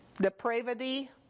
depravity